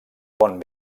pont